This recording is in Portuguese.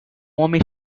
homem